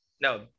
No